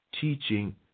teaching